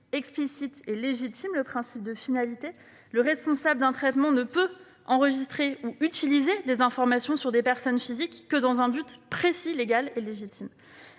explicites et légitimes- c'est le principe de finalité ; le responsable d'un traitement ne peut enregistrer ou utiliser des informations sur des personnes physiques que dans un but précis, légal et légitime